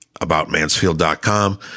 aboutmansfield.com